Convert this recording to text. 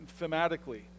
thematically